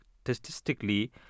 statistically